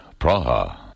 Praha